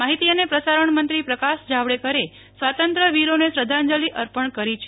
માહિત અને પ્રસારણ મંત્રી પ્રકાશ જાવડેકર સ્વાતંત્રવીરોને શ્રધ્ધાંજલિ અર્પણ કરી છે